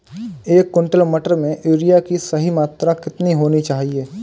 एक क्विंटल मटर में यूरिया की सही मात्रा कितनी होनी चाहिए?